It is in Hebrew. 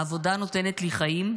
העבודה נותנת לי חיים.